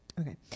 Okay